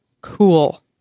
cool